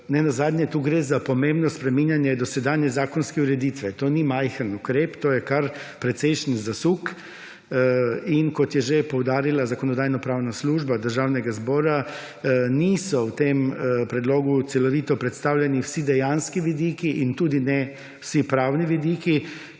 tu gre za pomembno spreminjanje dosedanje zakonske ureditve. To ni majhen ukrep, to je kar precejšen zasuk. In kot je že poudarila Zakonodajno-pravna služba Državnega zbora, niso v tem predlogu celovito predstavljeni vsi dejanski vidiki in tudi ne vsi pravni vidiki,